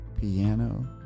piano